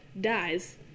dies